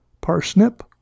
Parsnip